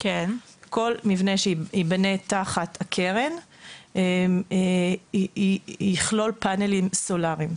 כל מבנה שייבנה תחת הקרן יכלול פאנלים סולריים,